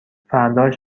فرداش